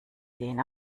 den